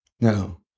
No